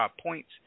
points